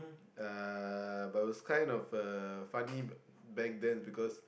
uh but was kind of uh funny back then because